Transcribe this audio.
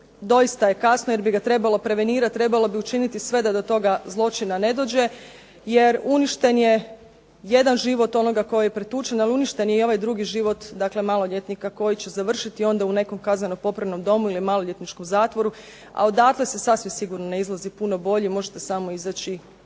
doista je kasno, jer bi ga trebalo prevenirati, trebalo bi učiniti sve da do toga zločina ne dođe, jer uništen je jedan život onoga tko je pretučen, ali uništen je i ovaj drugi život maloljetnika koji će završiti u kazneno popravnom domu ili maloljetničkom zatvoru, a odatle se sigurno ne izlazi puno bolji, možete samo izaći